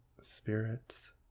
spirits